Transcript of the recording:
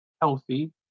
healthy